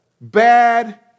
bad